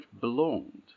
belonged